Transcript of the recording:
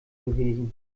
gewesen